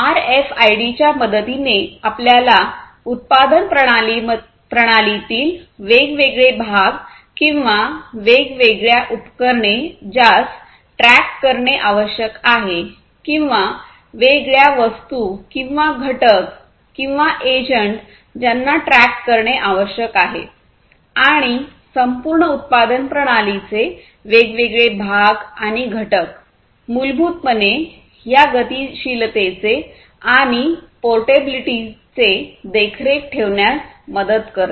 आरएफआयडीच्या मदतीने आपल्याला उत्पादन प्रणालीतील वेगवेगळे भाग किंवा वेगळ्या उपकरणे ज्यास ट्रॅक करणे आवश्यक आहे किंवा वेगळ्या वस्तू किंवा घटक किंवा एजंट ज्यांना ट्रॅक करणे आवश्यक आहे आणि संपूर्ण उत्पादन प्रणालीचे वेगवेगळे भाग आणि घटक मूलभूतपणे या गतिशीलतेचे आणि पोर्टेबिलिटीचे देखरेख ठेवण्यास मदत करते